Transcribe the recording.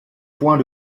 point